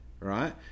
Right